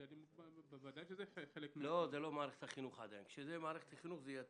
אנחנו דנים על ילדים מגיל שלוש